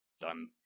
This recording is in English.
Done